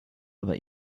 aber